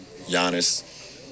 Giannis